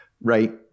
right